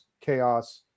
chaos